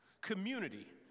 community